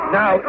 now